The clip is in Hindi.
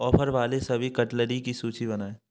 ऑफ़र वाले सभी कटलरी की सूची बनाएँ